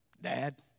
dad